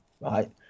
Right